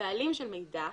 בעלים של מידע,